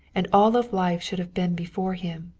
and all of life should have been before him.